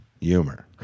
Humor